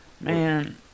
Man